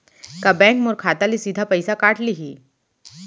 का बैंक मोर खाता ले सीधा पइसा काट लिही?